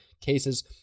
cases